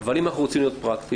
אבל אם אנחנו רוצים להיות פרקטיים,